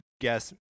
guess